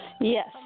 Yes